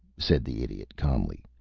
said the idiot, calmly,